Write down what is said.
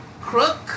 crook